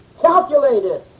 calculated